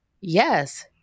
Yes